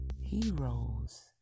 heroes